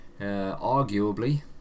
arguably